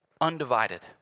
undivided